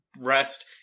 rest